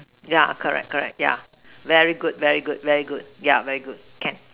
yeah correct correct yeah very good very good very good yeah very good can